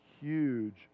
huge